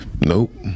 nope